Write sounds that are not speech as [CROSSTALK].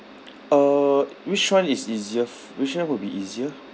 [NOISE] uh which one is easier f~ which one will be easier